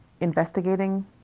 investigating